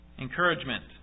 Encouragement